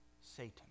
Satan